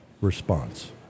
response